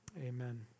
Amen